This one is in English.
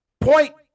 point